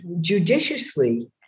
judiciously